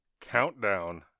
countdown